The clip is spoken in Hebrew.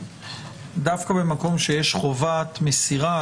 דווקא במקום שיש חובת מסירה,